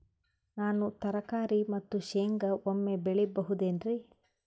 ನಾನು ತರಕಾರಿ ಮತ್ತು ಶೇಂಗಾ ಒಮ್ಮೆ ಬೆಳಿ ಬಹುದೆನರಿ?